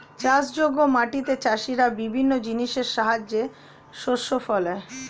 চাষযোগ্য মাটিতে চাষীরা বিভিন্ন জিনিসের সাহায্যে শস্য ফলায়